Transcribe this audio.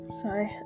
sorry